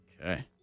Okay